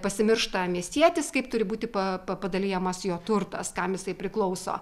pasimiršta miestietis kaip turi būti pa pa padalijamas jo turtas kam jisai priklauso